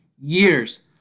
years